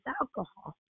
alcohol